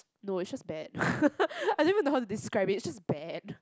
no it's just bad I don't even know how to describe it it's just bad